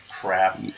crap